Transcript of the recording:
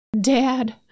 Dad